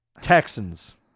Texans